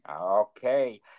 Okay